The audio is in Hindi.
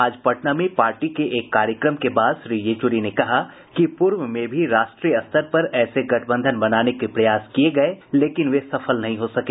आज पटना में पार्टी के एक कार्यक्रम के बाद श्री येचुरी ने कहा कि पूर्व में भी राष्ट्रीय स्तर पर ऐसे गठबंधन बनाने के प्रयास किये गये लेकिन वे सफल नहीं हो सके